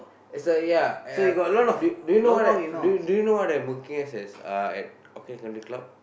as I ya uh do you know what I do you know what I I'm working as as uh at Orchid Country club